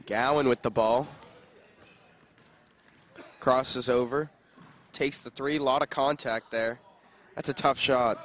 gallon with the ball crosses over takes the three lot of contact there that's a tough